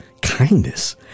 kindness